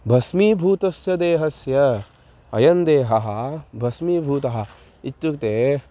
भस्मीभूतस्य देहस्य अयं देहः भस्मीभूतः इत्युक्ते